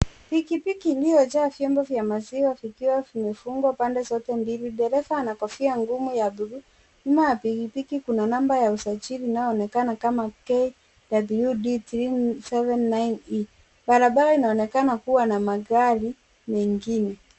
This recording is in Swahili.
Pikipiki iliyojaa vyombo vya maziwa vikiwa vimefungwa pande zote mbili. Dereva ana kofia ngumu ya bluu. Nyuma ya pikipiki kuna namba ya usajili inayoonekana kama KWD 379E. Barabara inaonekana kuwa na magari mengine.